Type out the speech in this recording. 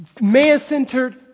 man-centered